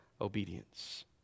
obedience